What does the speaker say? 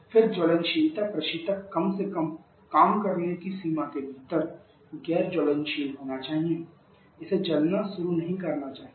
फिर ज्वलनशीलता प्रशीतक कम से कम काम करने की सीमा के भीतर गैर ज्वलनशील होना चाहिए इसे जलना शुरू नहीं करना चाहिए